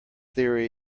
theory